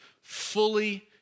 fully